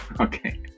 Okay